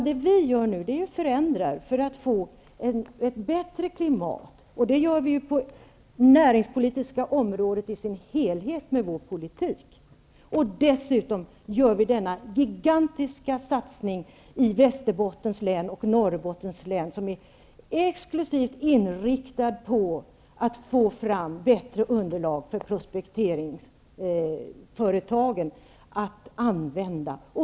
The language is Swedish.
Det vi nu gör är att företa förändringar för att få ett bättre klimat -- det gör vi på det näringspolitiska området i dess helhet med vår politik. Dessutom gör vi denna gigantiska satsning på Västerbottens län och Norrbottens län, som exklusivt är inriktad på att få fram bättre underlag, som prospekteringsföretagen kan använda.